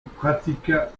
pratiqua